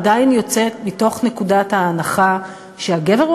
עדיין יוצא מנקודת ההנחה שהגבר הוא